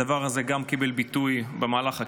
הדבר הזה גם קיבל ביטוי במהלך הכנס.